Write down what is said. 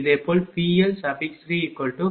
இதேபோல் PL3500 kW0